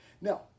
Now